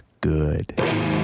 good